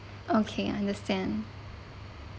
okay understand